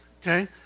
Okay